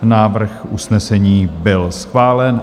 Návrh usnesení byl schválen.